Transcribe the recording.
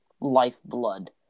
lifeblood